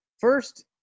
First